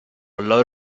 load